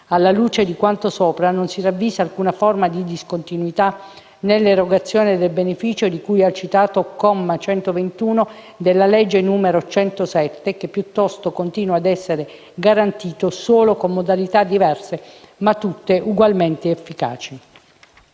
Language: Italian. Alla luce di quanto sopra, non si ravvisa alcuna forma di discontinuità nell'erogazione del beneficio di cui al citato comma 121 della legge n. 107, che piuttosto continua ad essere garantito solo con modalità diverse, ma tutte ugualmente efficaci.